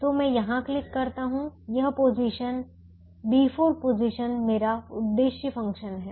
तो मैं यहां क्लिक करता हूं यह पोजीशन B4 पोजीशन मेरा उद्देश्य फ़ंक्शन है